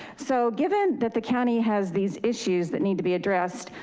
so given that the county has these issues that need to be addressed,